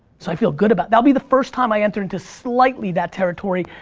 so i feel good about, that'd be the first time i enter into slightly that territory,